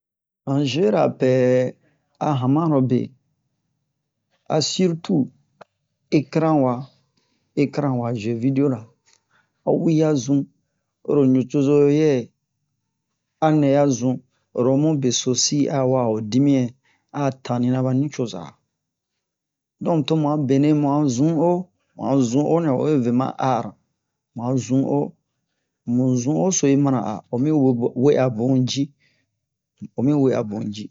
han zee-ra pɛ a hanmarobe a sirtu ekran waa ekran waa zee-video ho wi ya zun oro nucozo yɛ anɛ ya zun oro mu besosi a wa'a ho dimiyan a tanni-ra ɓa nucoza donk tomu a benɛ mu a zun'o mu a zun'o nɛ wa we ve ma art mu a zun'o mu zun'o so yi mana a omi o we'a bun mu ji omin we'a bun ji